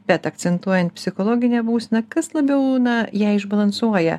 bet akcentuojant psichologinę būseną kas labiau na ją išbalansuoja